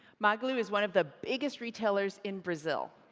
magalu is one of the biggest retailers in brazil,